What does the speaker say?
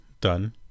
done